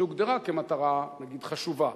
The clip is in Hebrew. שהוגדרה כמטרה חשובה.